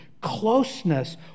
closeness